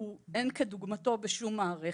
אין כדוגמתו בשום מערכת.